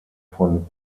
von